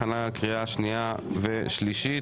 הכנה לקריאה שנייה ושלישית.